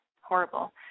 horrible